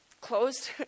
closed